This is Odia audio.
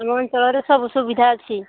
ଆମ ଅଞ୍ଚଳରେ ସବୁ ସୁବିଧା ଅଛି